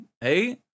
Hey